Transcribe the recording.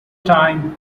time